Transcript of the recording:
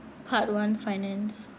part one finance